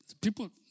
People